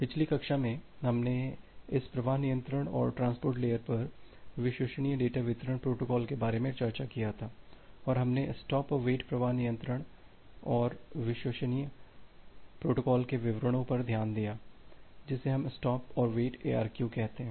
पिछली कक्षा में हमने इस प्रवाह नियंत्रण और ट्रांसपोर्ट लेयर पर विश्वसनीय डेटा वितरण प्रोटोकॉल के बारे में चर्चा की है और हमने स्टॉप और वेट प्रवाह नियंत्रण और विश्वसनीय प्रोटोकॉल के विवरणों पर ध्यान दिया है जिसे हम स्टॉप और वेट ARQ कहते हैं